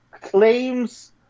claims